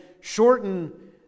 shorten